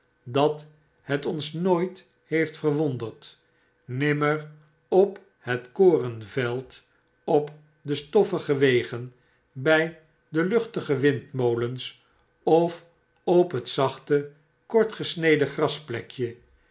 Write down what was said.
dat het ons nooit heeft verwonderd nimmer op het korenveld op de stoffige wegen by de luchtige windmolens of op het zachte